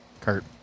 Kurt